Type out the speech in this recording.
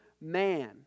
man